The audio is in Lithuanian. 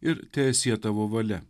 ir teesie tavo valia